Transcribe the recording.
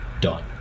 done